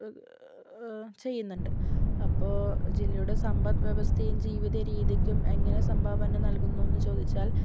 ചെയ്യുന്നുണ്ട് അപ്പോൾ ജില്ലയുടെ സമ്പത്ത് വ്യവസ്ഥയും ജീവിത രീതിക്കും എങ്ങനെ സംഭാവന നൽകുന്നുവെന്ന് ചോദിച്ചാൽ